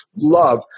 love